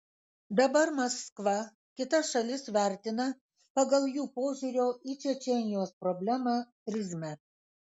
dabar maskva kitas šalis vertina pagal jų požiūrio į čečėnijos problemą prizmę